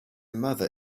mother